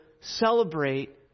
celebrate